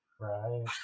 Right